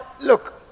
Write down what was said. look